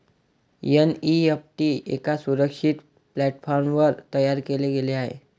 NEFT एका सुरक्षित प्लॅटफॉर्मवर तयार केले गेले आहे